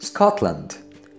Scotland